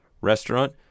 restaurant